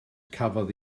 cafodd